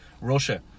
Russia